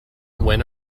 when